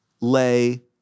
lay